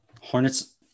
Hornets